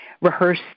rehearse